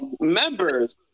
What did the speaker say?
members